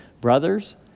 brothers